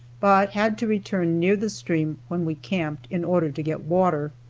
but had to return near the stream when we camped, in order to get water.